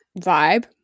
vibe